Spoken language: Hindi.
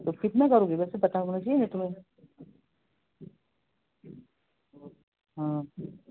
तो कितना करोगे वैसे पता होना चाहिए नहीं तो मैं हाँ